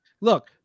Look